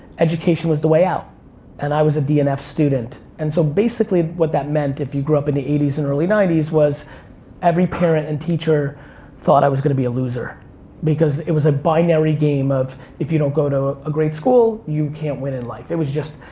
education was the way out and i was a d and f student. and so, basically, what that meant if you grew up in the eighty s and early ninety s was every parent and teacher thought i was gonna be a loser because it was a binary game of if you don't go to a great school, you can't win in life. it was just,